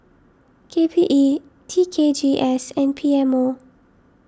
K P E T K G S and P M O